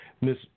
miss